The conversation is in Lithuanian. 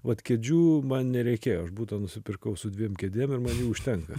vat kėdžių man nereikėjo aš butą nusipirkau su dviem kėdėm ir man jų užtenka